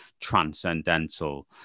transcendental